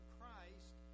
Christ